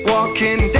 Walking